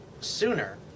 sooner